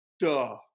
Duh